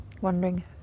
wondering